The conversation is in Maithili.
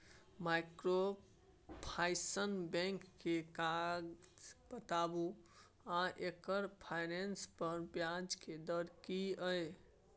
माइक्रोफाइनेंस बैंक के काज बताबू आ एकर फाइनेंस पर ब्याज के दर की इ?